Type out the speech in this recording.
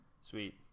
Sweet